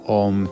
om